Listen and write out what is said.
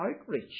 outreach